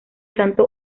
santo